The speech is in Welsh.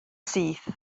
syth